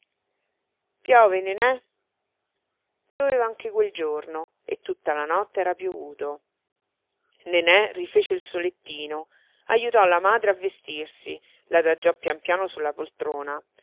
piove nené pioveva anche quel giorno e tutta la notte era piovuto nené rifece il suo lettino ajutò la madre a vestirsi l'adagiò pian piano sulla poltrona